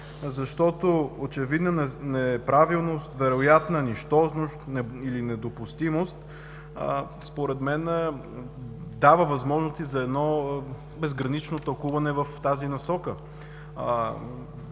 защото очевидно неправилност, вероятна нищожност или недопустимост според мен дава възможности за едно безгранично тълкуване в тази насока.